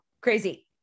crazy